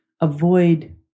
avoid